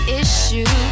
issue